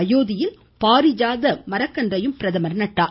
அயோத்தியில் பாரிஜாத மரக்கன்றையும் பிரதமர் நட்டார்